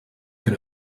can